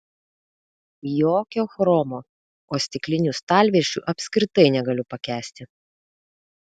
jokio chromo o stiklinių stalviršių apskritai negaliu pakęsti